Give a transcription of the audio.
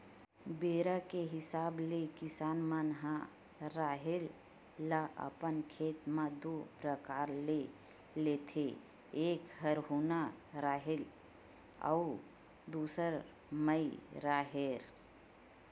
बेरा के हिसाब ले किसान मन ह राहेर ल अपन खेत म दू परकार ले लेथे एक हरहुना राहेर अउ दूसर माई राहेर